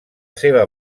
seva